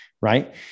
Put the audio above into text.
right